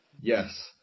Yes